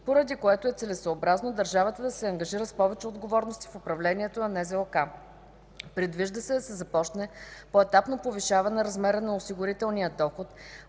поради което е целесъобразно държавата да се ангажира с повече отговорности в управлението на НЗОК. Предвижда се да започне поетапно повишаване размера на осигурителния доход,